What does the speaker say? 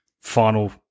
final